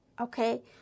okay